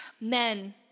Men